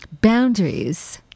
Boundaries